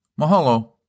Mahalo